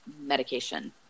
medication